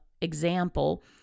example